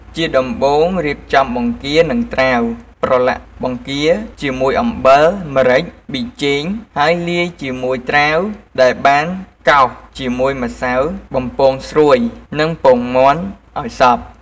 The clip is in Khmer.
ជាដំបូង រៀបចំបង្គានិងត្រាវ ប្រឡាក់បង្គាជាមួយអំបិល ម្រេច ប៊ីចេង ហើយ លាយជាមួយត្រាវដែលបានកោសជាមួយម្សៅបំពងស្រួយ និងពងមាន់ឱ្យសព្វ។